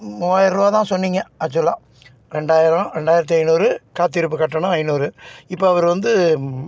மூவாயிரரூவா தான் சொன்னீங்க ஆக்சுவலாக ரெண்டாயிரம் ரெண்டாயிரத்து ஐந்நூறு காத்திருப்பு கட்டணம் ஐந்நூறு இப்போ அவர் வந்து